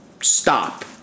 stop